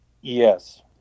Yes